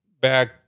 back